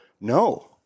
No